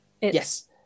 Yes